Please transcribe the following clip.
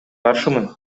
каршымын